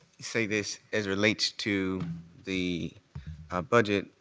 say this as relates to the ah budget.